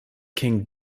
king